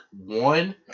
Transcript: one